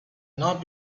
not